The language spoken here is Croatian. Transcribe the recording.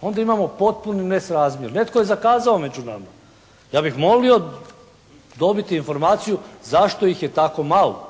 onda imamo potpuni nesrazmjer. Netko je zakazao među nama. Ja bih molio dobiti informaciju zašto ih je tako malo.